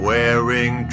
Wearing